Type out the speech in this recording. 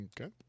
Okay